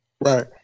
right